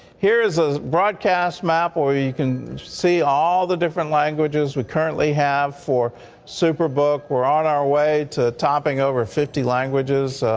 here is a broadcast map, where you can see all the different languages we currently have for super book. we're on our way to topping over fifty languages.